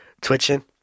Twitching